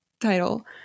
title